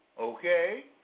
Okay